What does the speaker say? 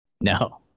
No